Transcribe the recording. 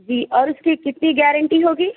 جی اور اس کی کتی گارنٹی ہوگی